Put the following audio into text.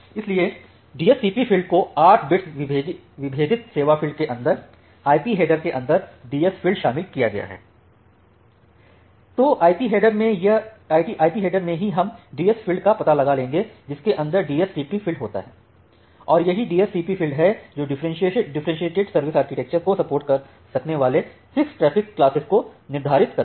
इसलिए DSCP field को आठ बिट्स विभेदित सेवा फ़ील्ड के अंदर IP हेडर के अंदर DS फ़ील्ड शामिल किया जाता है तो आईपी हेडर में ही हम डीएस फील्ड का पता लगा लेंगे जिसके अंदर डीएससीपी फील्ड होता है और यही डीएससीपी फील्ड है जो डिफ्फरेंटीएटेड सर्विस आर्किटेक्चर को सपोर्ट कर सकने वाले फिक्स ट्रैफिक क्लासेज को निर्धारित करता है